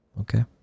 okay